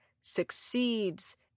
succeeds